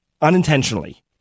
unintentionally